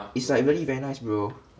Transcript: it's like really very nice bro